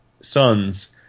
sons